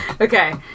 Okay